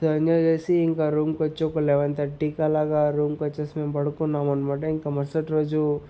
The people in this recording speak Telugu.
ఎంజాయ్ చేసి ఇంక రూమ్కొచ్ఛి లెవన్ థర్టీకి అలాగ రూమ్కొచ్చేసి మేం పడుకున్నామనమాట ఇంక మరుసటి రోజు